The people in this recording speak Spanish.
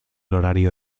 horario